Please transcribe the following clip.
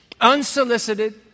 unsolicited